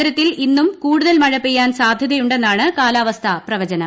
നഗരത്തിൽ ഇന്നും കൂടുതൽ മഴ പെയ്യാൻ സാധൃതിയുടെണ്ടെന്നാണ് കാലാവസ്ഥാ പ്രവചനം